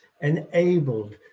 enabled